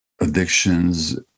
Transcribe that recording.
Addictions